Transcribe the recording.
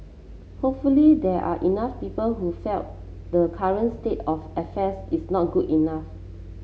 hopefully there are enough people who felt the current state of affairs is not good enough